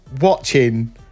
watching